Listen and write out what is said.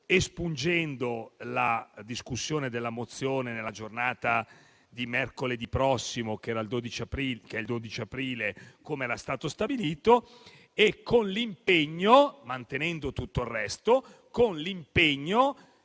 espunge la discussione della mozione nella giornata di mercoledì prossimo, 12 aprile, come era stato stabilito, e si mantiene tutto il resto, con l'impegno